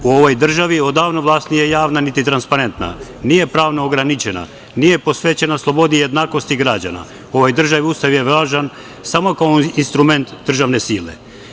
U ovoj državi odavno vlast nije javna, niti transparentna, nije pravno ograničena, nije posvećena slobodi jednakosti građana, u ovoj državi Ustav je važan samo kao instrument državne sile.